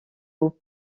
aux